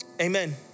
Amen